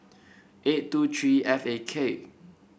eight two three F A K